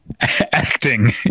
acting